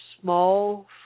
small